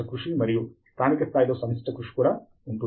ఇది నైపుణ్యం మరియు సాంకేతికత యొక్క స్థానిక ఏకాగ్రతను సృష్టిస్తుంది